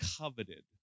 coveted